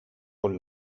con